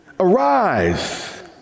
Arise